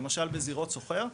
למשל בזירות סוחר,